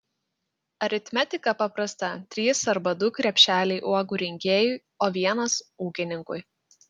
aritmetika paprasta trys arba du krepšeliai uogų rinkėjui o vienas ūkininkui